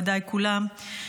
מכובדיי כולם,